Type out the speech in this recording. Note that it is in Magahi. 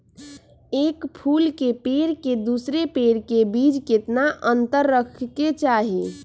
एक फुल के पेड़ के दूसरे पेड़ के बीज केतना अंतर रखके चाहि?